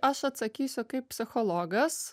aš atsakysiu kaip psichologas